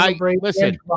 listen